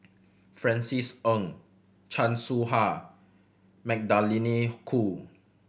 Francis Ng Chan Soh Ha Magdalene Khoo